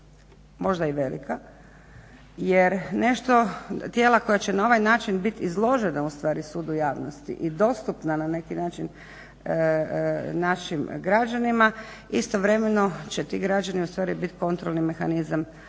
možda i velika jer nešto tijela koja će na ovaj način bit izložena ustvari sudu javnosti i dostupna na neki način našim građanima istovremeno će ti građani ustvari bit kontrolni mehanizam efikasnosti